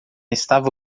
estava